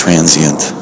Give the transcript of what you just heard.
Transient